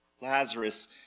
Lazarus